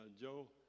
Joe